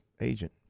agent